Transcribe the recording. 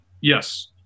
Yes